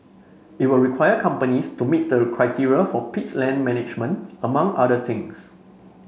it will require companies to meet the criteria for peats land management among other things